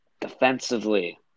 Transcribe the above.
Defensively